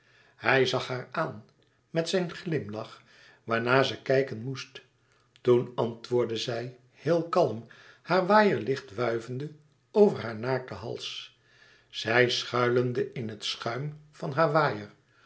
hij zag haar aan met zijn glimlach waarnaar ze kijken moest toen antwoordde zij heel kalm haar waaier licht wuivende over haar naakten hals zij schuilende in het schuim van haar waaier